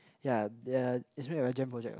ya it it's made by Jam Project what